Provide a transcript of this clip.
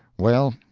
well,